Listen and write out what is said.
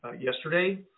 yesterday